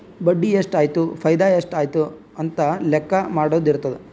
ಬಡ್ಡಿ ಎಷ್ಟ್ ಆಯ್ತು ಫೈದಾ ಎಷ್ಟ್ ಆಯ್ತು ಅಂತ ಲೆಕ್ಕಾ ಮಾಡದು ಇರ್ತುದ್